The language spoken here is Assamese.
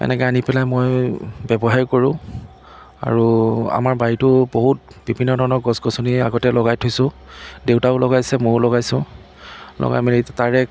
এনেকৈ আনি পেলাই মই ব্যৱসায় কৰোঁ আৰু আমাৰ বাৰীটো বহুত বিভিন্ন ধৰণৰ গছ গছনিয়ে আগতে লগাই থৈছোঁ দেউতাইও লগাইছে মইয়ো লগাইছোঁ লগাই মেলি ইতা তাৰে